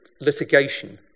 litigation